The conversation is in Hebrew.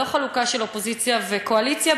ללא חלוקה של אופוזיציה וקואליציה.